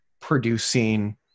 producing